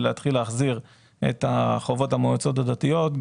להתחיל להחזיר את חובות המועצות הדתיות,